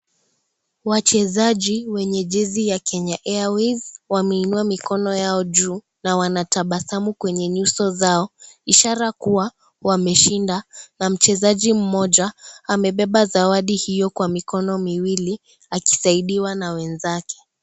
Wachezaji wenye jezi ya Kenya Airways, wameinua mikono yao juu na wanatabasamu kwenye nyuso zao ,ishara kuwa wameshinda na mchezaji mmoja amebeba zawadi hiyo kwa mikono miwili, akisaidiwa na wenzake.